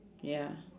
ya